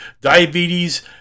diabetes